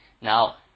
Now